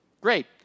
Great